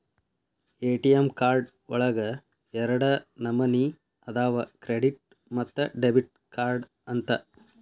ATM card ಒಳಗ ಎರಡ ನಮನಿ ಅದಾವ ಕ್ರೆಡಿಟ್ ಮತ್ತ ಡೆಬಿಟ್ ಕಾರ್ಡ್ ಅಂತ